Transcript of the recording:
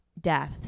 death